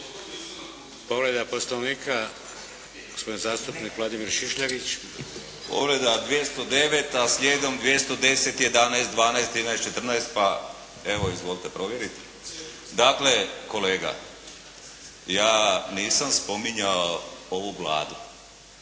Povreda Poslovnika gospodin zastupnik Vladimir Šišljagić. **Šišljagić, Vladimir (HDSSB)** Povreda 209. slijedom 210, 211, 212, 213, 214 pa evo izvolite provjeriti. Dakle kolege, ja nisam spominjao ovu Vladu,